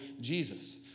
Jesus